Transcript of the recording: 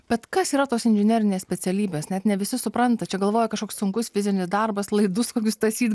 bet kas yra tos inžinerinės specialybės net ne visi supranta čia galvoja kažkoks sunkus fizinis darbas laidus kokius tąsyt